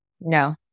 No